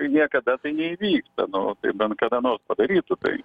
niekada tai neįvyksta nu tai bent kada nors padarytų tai